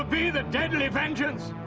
ah be the deadly vengeance